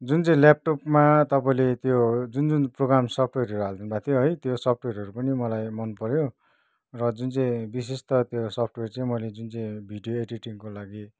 जुन चाहिँ ल्यापटपमा तपाईँले त्यो जुन जुन प्रोग्राम सफ्टवेरहरू हालदिनु भएको थियो है त्यो सफ्टवेरहरू पनि मलाई मनपऱ्यो र जुन चाहिँ विशेष त त्यो सफ्टवेर चाहिँ मैले जुन चाहिँ भिडियो एडिटिङको लागि